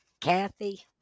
Kathy